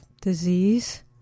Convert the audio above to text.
disease